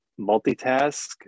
multitask